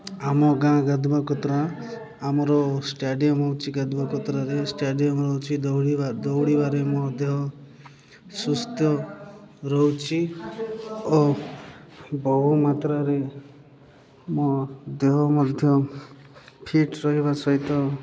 ଆମ ଗାଁ ଗାଧୁବାକତ୍ରା ଆମର ଷ୍ଟାଡିୟମ୍ ହେଉଛି ଗାଧୁବାକତ୍ରାରେ ଷ୍ଟାଡ଼ିୟମ୍ ରହୁଛି ଦୌଡ଼ିବା ଦୌଡ଼ିବାରେ ମୋ ଦେହ ସୁସ୍ଥ ରହୁଛି ଓ ବହୁ ମାତ୍ରାରେ ମୋ ଦେହ ମଧ୍ୟ ଫିଟ୍ ରହିବା ସହିତ